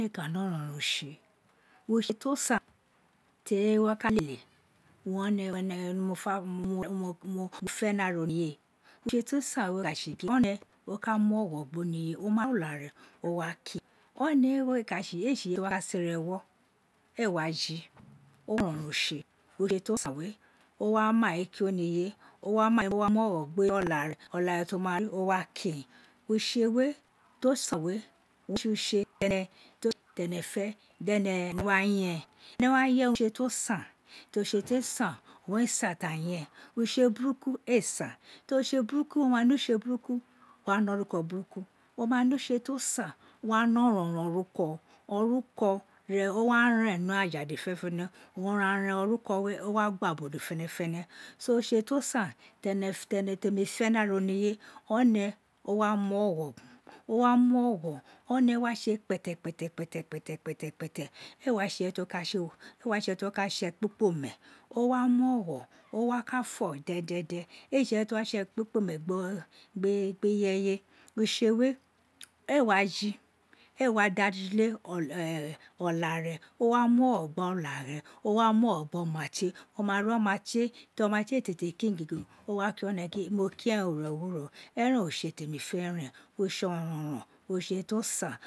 Ọ́nẹ̀ ka ne ọrọnron utor, utse to san ti ireye wa ka lele wun mo fẹ ni ara oniye, utse to san we ka tse gin one muogho gbo ni fe, o ma riolare owa kin éé tsi irefe to wa ka sere ewo ee wa fi eren oronron utse ren o wa mai kin oniye o wa mai muogho gbo lare olare to ma ri, o wa kin utse we to san we o we tsu tse tene fe dene wa yen ene wa yan utse to san utse to san owun re san ta yen, utse biniku ee san to tse burukun wo ma ne utse burukun, wo wu ne oniko burukun, wo ma nutse to san wo wa ne oronron oruko oronron oruko owa ren ni aja dede fenefene uranran oruko re o wa gba ubo dede fene fene so utse to san tene temi fe ni ara oniye o ne o wa mu ogho ogho, o wa mu ogho one wa tse eê wa tse ireye to wa ka tse, éé wa tse ireye to wa ka tse, éé wa tse ireye to wa ka tse ekpikpomen o wa muogho owa ka fo dendenden, eê tse irefe to wa tse ekpikporun gbi ireye utse wo eê wa fi eê wa da ju le olare o wa mu ogho gbe olare, o wa mi ogho gbe oma tie, to ma ti eê tete gin gege o wa kin one gin mo kien o ere-owuro eren utse temi fe ren utse oronron utse to san